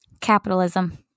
Capitalism